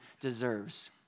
deserves